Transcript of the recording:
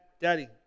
Daddy